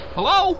Hello